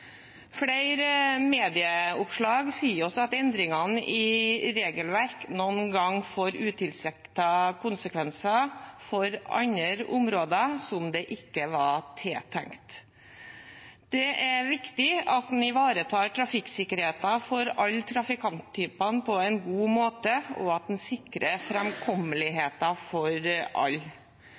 Flere medieoppslag sier oss at endringene i regelverk noen ganger får utilsiktede konsekvenser for andre områder enn det det var tiltenkt. Det er viktig at man ivaretar trafikksikkerheten for alle trafikanttyper på en god måte, og at man sikrer framkommeligheten for